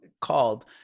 called